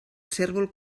cérvol